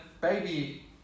baby